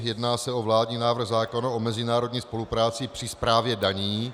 Jedná se o vládní návrh zákona o mezinárodní spolupráci při správě daní.